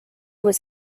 was